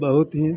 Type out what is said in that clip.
बहुत ही